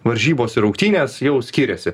varžybos ir rungtynės jau skiriasi